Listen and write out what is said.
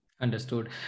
Understood